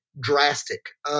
drastic